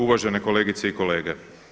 Uvažene kolegice i kolege.